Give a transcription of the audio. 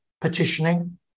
petitioning